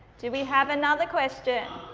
do we have another question?